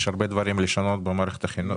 יש הרבה דברים לשנות במערכת הבריאות,